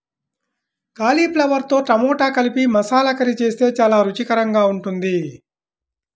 కాలీఫ్లవర్తో టమాటా కలిపి మసాలా కర్రీ చేస్తే చాలా రుచికరంగా ఉంటుంది